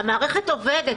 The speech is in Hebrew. -- המערכת עובדת.